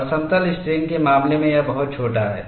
और समतल स्ट्रेन के मामले में यह बहुत छोटा है